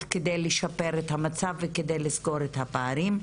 כדי לשפר את המצב וכדי לסגור את הפערים.